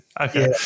Okay